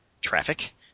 traffic